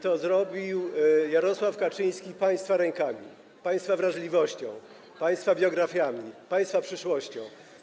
To zrobił Jarosław Kaczyński państwa rękami, państwa wrażliwością, państwa biografiami, państwa przyszłością.